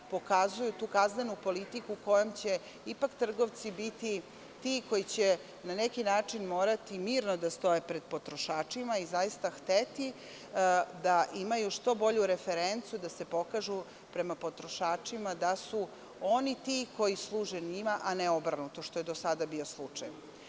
One pokazuju tu kaznenu politiku kojom će ipak trgovci biti ti koji će na neki način morati mirno da stoje pred potrošačima i zaista hteti da imaju što bolju referencu da se pokažu prema potrošačima da su oni ti koji služe njima, a ne obrnuto, što je do sada bio slučaj.